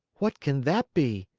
what can that be?